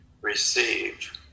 receive